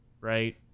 right